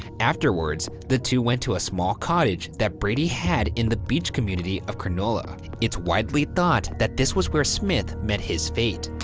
afterwards, the two went to small cottage that brady had in the beach community of cronulla. it's widely thought that this was where smith met his fate,